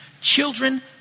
children